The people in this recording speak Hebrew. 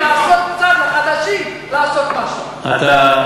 לעשות משהו,